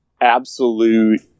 absolute